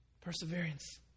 Perseverance